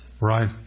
right